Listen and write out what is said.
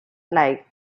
like